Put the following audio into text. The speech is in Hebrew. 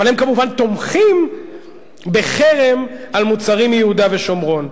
אבל הם כמובן תומכים בחרם על מוצרים מיהודה ושומרון.